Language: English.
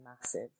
massive